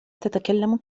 تتكلم